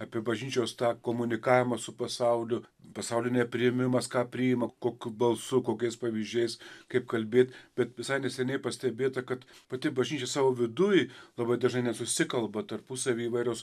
apie bažnyčios tą komunikavimą su pasauliu pasaulio nepriėmimas ką priima kokiu balsu kokiais pavyzdžiais kaip kalbėt bet visai neseniai pastebėta kad pati bažnyčia savo viduj labai dažnai nesusikalba tarpusavy įvairios